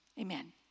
Amen